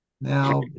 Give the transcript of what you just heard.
Now